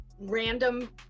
random